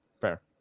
Fair